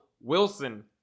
Wilson